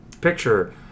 picture